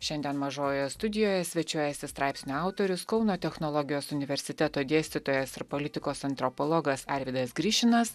šiandien mažojoje studijoje svečiuojasi straipsnio autorius kauno technologijos universiteto dėstytojas ir politikos antropologas arvydas grišinas